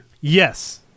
Yes